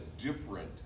different